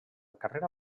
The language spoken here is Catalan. carrera